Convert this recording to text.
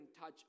touch